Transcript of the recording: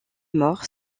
mort